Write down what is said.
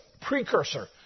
precursor